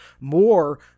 more